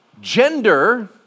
Gender